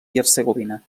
hercegovina